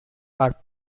are